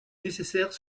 nécessaire